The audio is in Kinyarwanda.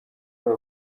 wabo